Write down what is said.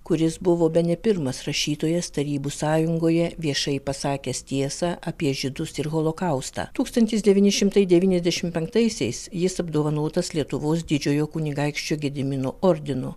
kuris buvo bene pirmas rašytojas tarybų sąjungoje viešai pasakęs tiesą apie žydus ir holokaustą tūkstantis devyni šimtai devyniasdešim penktaisiais jis apdovanotas lietuvos didžiojo kunigaikščio gedimino ordinu